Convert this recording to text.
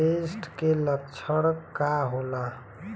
फारेस्ट के लक्षण का होला?